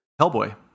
Hellboy